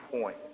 point